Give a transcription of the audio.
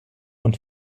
und